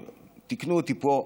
תיקנו אותי פה: